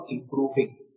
improving